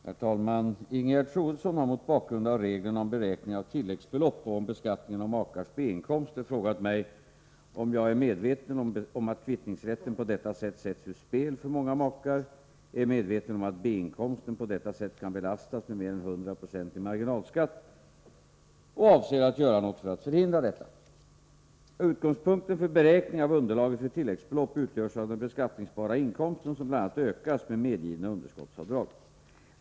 Herr talman! Ingegerd Troedsson har mot bakgrund av reglerna om beräkning av tilläggsbelopp och om beskattningen av makars B-inkomster frågat mig om jag a) är medveten om att kvittningsrätten på detta sätt sätts ur spel för många makar, b) är medveten om att B-inkomsten på detta sätt kan belastas med mer än 100 96 i marginalskatt, c) avser att göra något för att förhindra detta. Utgångspunkten för beräkning av underlaget för tilläggsbelopp utgörs av den beskattningsbara inkomsten, som bl.a. ökas med medgivna underskottsavdrag.